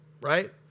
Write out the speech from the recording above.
right